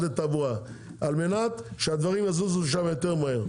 לתעבורה על-מנת שהדברים יזוזו שם יותר מהר.